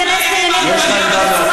יש אנשים שאוהבים להיכנס לעניינים בצורה שטחית,